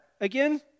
Again